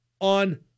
on